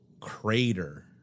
crater